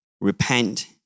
Repent